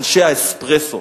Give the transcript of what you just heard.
אנשי האספרסו.